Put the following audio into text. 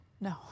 No